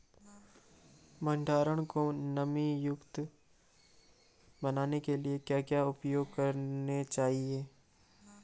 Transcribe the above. भंडारण को नमी युक्त बनाने के लिए क्या क्या उपाय करने चाहिए?